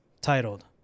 Titled